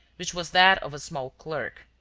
which was that of a small clerk.